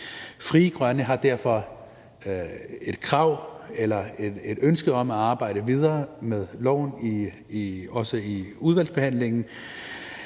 Frie Grønne har derfor et krav eller et ønske om at arbejde videre med loven også i udvalgsbehandlingen.